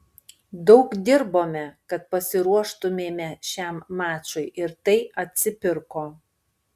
daug dirbome kad pasiruoštumėme šiam mačui ir tai atsipirko